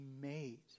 made